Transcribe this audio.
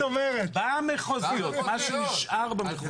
מה שנשאר במחוזיות.